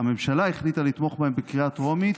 ראיה שהממשלה החליטה לתמוך בהן בקריאה טרומית,